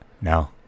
no